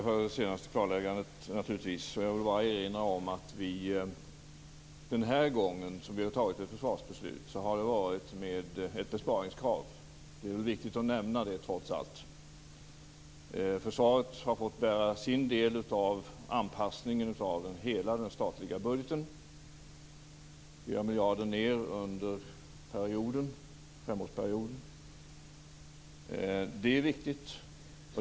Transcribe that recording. Fru talman! Jag tackar för det senaste klarläggandet. Jag vill bara erinra om att när vi har fattat det här försvarsbeslutet har det varit med ett besparingskrav. Det är viktigt att nämna det, trots allt. Försvaret har fått bära sin del av anpassningen av hela den statliga budgeten - 4 miljarder ned under den senaste femårsperioden. Det är viktigt.